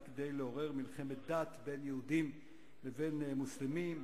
רק כדי לעורר מלחמת דת בין יהודים לבין מוסלמים,